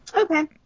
Okay